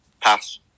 Pass